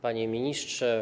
Panie Ministrze!